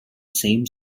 same